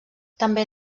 també